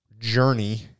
journey